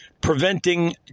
preventing